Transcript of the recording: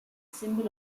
symbol